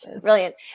brilliant